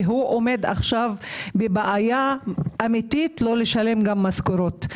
והוא עומד עכשיו בפני בעיה אמיתית לא לשלם גם משכורות.